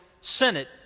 Senate